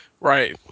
right